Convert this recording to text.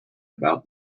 about